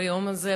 ביום הזה,